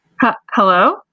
Hello